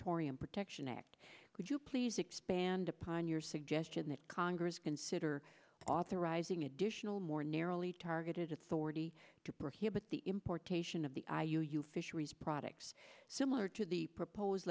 moratorium protection act would you please expand upon your suggestion that congress consider authorizing additional more narrowly targeted authority to prohibit the importation of the i u u fisheries products similar to the proposed